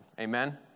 Amen